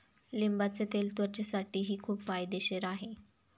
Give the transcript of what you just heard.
लिंबाचे तेल त्वचेसाठीही खूप फायदेशीर आहे